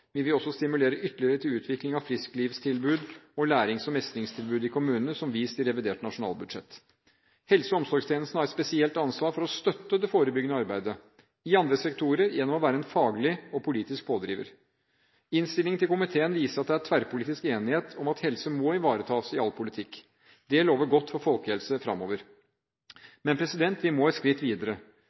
Vi vil også stimulere ytterligere til utvikling av frisklivstilbud og lærings- og mestringstilbud i kommunene, som vist i revidert nasjonalbudsjett. Helse- og omsorgstjenesten har et spesielt ansvar for å støtte det forebyggende arbeidet i andre sektorer gjennom å være en faglig og politisk pådriver. Innstillingen fra komiteen viser at det er tverrpolitisk enighet om at helse må ivaretas i all politikk. Det lover godt for folkehelsearbeidet fremover. Men vi må et skritt videre.